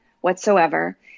whatsoever